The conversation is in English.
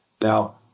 Now